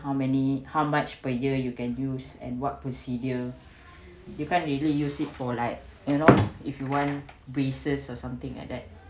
how many how much per year you can use and what procedure you can't really use it for like you know if you want braces or something like that